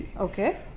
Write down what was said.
Okay